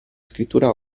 scrittura